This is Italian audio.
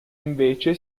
invece